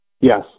Yes